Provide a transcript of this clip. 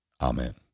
Amen